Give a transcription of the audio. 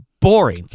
boring